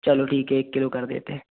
चलो ठीक है एक किलो कर देते हैं